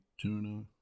tuna